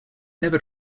never